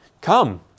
come